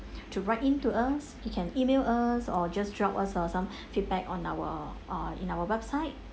to write in to us you can email us or just drop us uh some feedback on our ah in our website